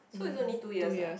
so is only two years ah